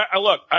Look